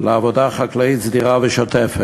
לעבודה חקלאית סדירה ושוטפת.